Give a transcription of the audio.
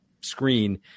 screen